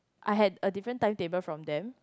I had a different timetable from them